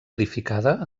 edificada